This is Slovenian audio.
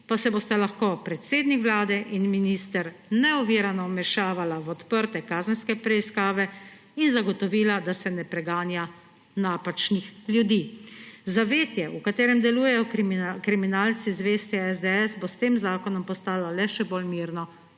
pa se bosta lahko predsednik vlade in minister neovirano vmešavala v odprte kazenske preiskave in zagotovila, da se ne preganja napačnih ljudi. Zavetje, v katerem delujejo kriminalci, zvesti SDS, bo s tem zakonom postalo le še bolj mirno